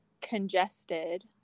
congested